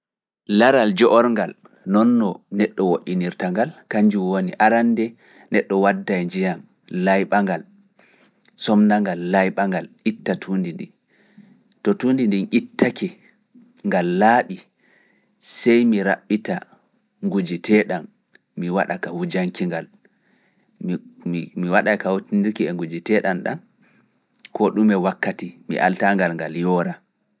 Laral joorngal, noon no neɗɗo woɗɗinirta ngal, kanjum woni arande neɗɗo wadda njiya, layɓa ngal, somnangal layɓa ngal itta tuundi ɗi, to tuundi ɗi ittake ngal laaɓi. Sey mi raɓɓita nguji teeɗan, mi waɗa ka hujanki ngal, mi waɗa ka hujanki nguji teeɗan ɗan, ko ɗume wakkati mi alta ngal ngal yoora.